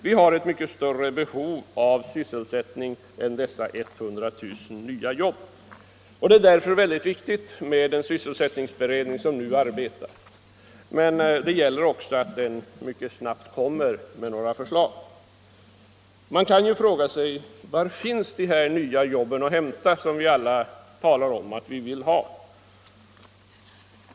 Vi har alltså ett mycket större behov av sysselsättning än som kunnat tillgodoses med dessa 100 000 nya jobb. Den sysselsättningsutredning som nu arbetar är därför mycket viktig. Men det gäller också för den att mycket snabbt framlägga några förslag. Man kan fråga sig var de nya jobb som vi alla talar om att vi vill åstadkomma finns att hämta.